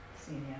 senior